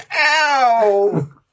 Ow